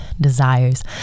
desires